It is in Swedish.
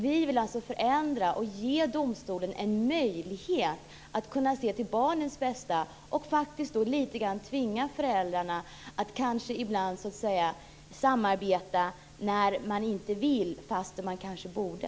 Vi vill alltså förändra och ge domstolen möjlighet att se till barnens bästa och litet grand tvinga föräldrarna att ibland samarbeta när man inte vill fast man kanske borde.